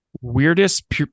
Weirdest